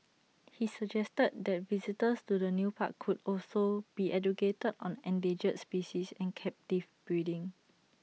he suggested that visitors to the new park could also be educated on endangered species and captive breeding